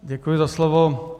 Děkuji za slovo.